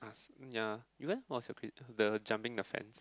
ask ya you went what was your grade the jumping fence